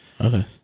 okay